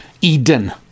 eden